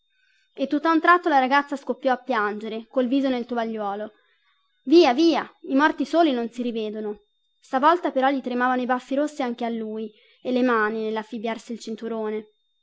e tutta un tratto la ragazza scoppiò a piangere col viso nel tovagliuolo via via i morti soli non si rivedono stavolta però gli tremavano i baffi rossi anche a lui e le mani nellaffibbiarsi il cinturone